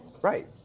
Right